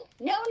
no